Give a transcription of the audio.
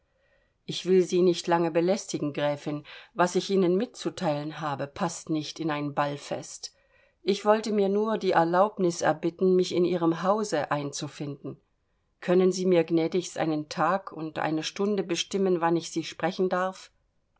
ich will sie nicht lange belästigen gräfin was ich ihnen mitzuteilen habe paßt nicht in ein ballfest ich wollte mir nur die erlaubnis erbitten mich in ihrem hause einzufinden können sie mir gnädigst einen tag und eine stunde bestimmen wann ich sie sprechen darf